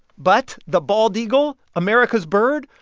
but the bald eagle, america's bird,